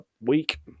week